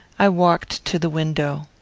i walked to the window.